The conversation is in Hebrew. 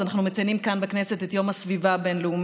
אז אנחנו מציינים כאן בכנסת את יום הסביבה הבין-לאומי.